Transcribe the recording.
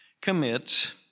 commits